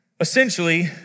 essentially